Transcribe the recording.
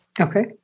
Okay